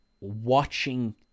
watching